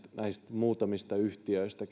muutamista yhtiöistä